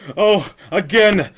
o! again,